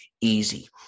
easy